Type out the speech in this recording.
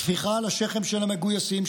טפיחה על השכם של המגויסים,